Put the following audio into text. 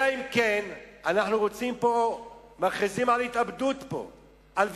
אלא אם כן אנחנו מכריזים פה על התאבדות,